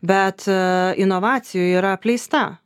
bet inovacijų yra apleista